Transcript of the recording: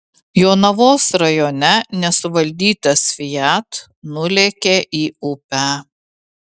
jonavos rajone nesuvaldytas fiat nulėkė į upę